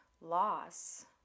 loss